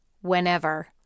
whenever